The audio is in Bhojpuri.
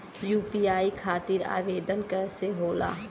यू.पी.आई खातिर आवेदन कैसे होला?